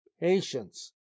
patience